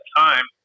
time